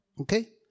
Okay